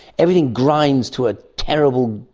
everything grinds to a terrible,